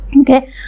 Okay